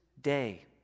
day